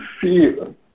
fear